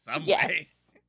yes